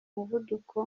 muvuduko